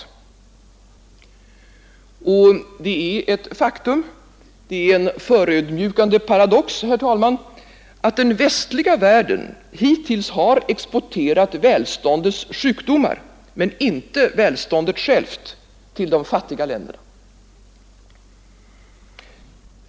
Och det är ett faktum, en förödmjukande paradox, herr talman, att den västliga världen hittills har exporterat välståndets sjukdomar men inte välståndet självt till de fattiga länderna.